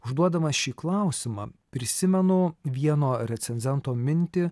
užduodamas šį klausimą prisimenu vieno recenzento mintį